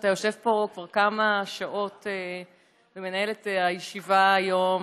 אתה יושב פה כבר כמה שעות ומנהל את הישיבה היום,